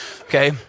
okay